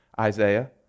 Isaiah